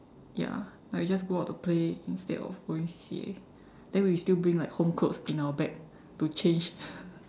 ya like you just go out to play instead of going C_C_A then we still bring like home clothes in our bag to change